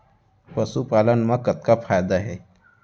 पशुपालन मा कतना फायदा हे?